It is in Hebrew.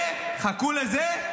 וחכו לזה,